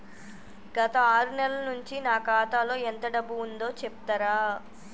గత ఆరు నెలల నుంచి నా ఖాతా లో ఎంత డబ్బు ఉందో చెప్తరా?